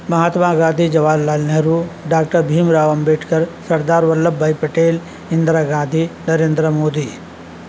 Mahatma Gandhi Jawaharlal Nehru doctor Bhim Rao Ambedkar Sardar Vallabhbhai Patel Indira Gandhi Narendra Modi